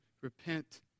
repent